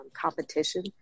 competition